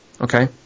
Okay